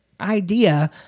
idea